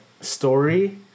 story